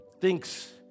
thinks